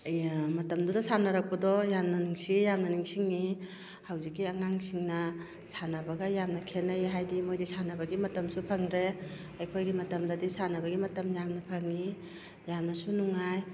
ꯃꯇꯃꯗꯨꯗ ꯁꯥꯟꯅꯔꯛꯄꯗꯣ ꯌꯥꯝꯅ ꯅꯨꯡꯁꯤ ꯌꯥꯝꯅ ꯅꯤꯡꯁꯤꯡꯏ ꯍꯧꯖꯤꯛꯀꯤ ꯑꯉꯥꯡꯁꯤꯡꯅ ꯁꯥꯟꯅꯕꯒ ꯌꯥꯝꯅ ꯈꯦꯟꯅꯩ ꯍꯥꯏꯕꯗꯤ ꯃꯣꯏꯗꯤ ꯁꯥꯟꯅꯕꯒꯤ ꯃꯇꯝꯁꯨ ꯐꯪꯗ꯭ꯔꯦ ꯑꯩꯈꯣꯏꯒꯤ ꯃꯇꯝꯗꯗꯤ ꯁꯥꯟꯅꯕꯒꯤ ꯃꯇꯝ ꯌꯥꯝꯅ ꯐꯪꯏ ꯌꯥꯝꯅꯁꯨ ꯅꯨꯡꯉꯥꯏ